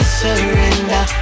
surrender